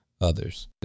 others